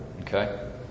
Okay